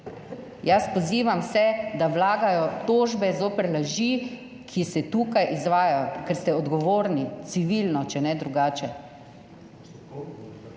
jaz pozivam vse, da vlagajo tožbe zoper laži, ki se tukaj izvajajo, ker ste odgovorni civilno, če ne drugače